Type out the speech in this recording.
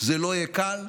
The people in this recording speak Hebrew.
זה לא יהיה קל.